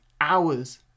hours